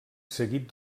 seguit